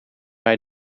bij